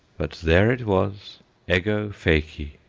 but there it was ego feci!